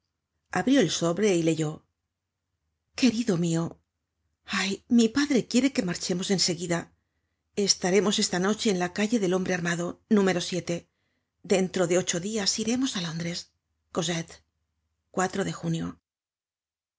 abrió el sobre y leyó querido mio ay mi padre quiere que marchemos en seguida estaremos esta noche en la calle del hombre armado número dentro de ocho dias iremos á londres cosette cuatro de junio